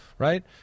Right